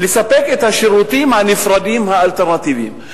לספק את השירותים הנפרדים האלטרנטיביים.